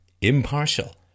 impartial